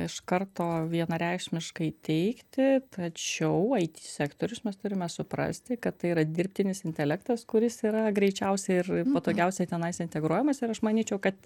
iš karto vienareikšmiškai teigti tačiau ai ty sektorius mes turime suprasti kad tai yra dirbtinis intelektas kuris yra greičiausiai ir patogiausiai tenais integruojamas ir aš manyčiau kad